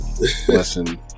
listen